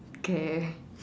okay